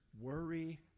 worry